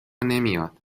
نمیاد